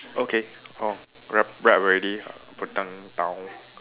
okay oh wrap wrap already putting down